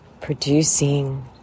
producing